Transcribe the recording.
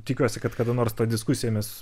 tikiuosi kad kada nors tą diskusiją mes